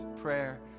prayer